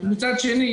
מצד שני,